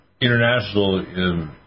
international